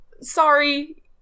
sorry